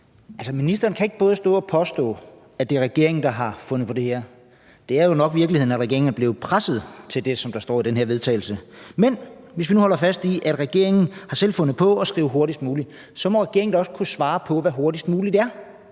Ministeren kan ikke stå og påstå, at det er regeringen, der har fundet på det her. Virkeligheden er jo nok, at regeringen er blevet presset til det, som der står i den her vedtagelse. Men hvis vi nu holder fast i, at regeringen selv har fundet på at skrive hurtigst muligt, så må regeringen da også kunne svare på, hvad hurtigst muligt er,